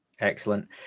Excellent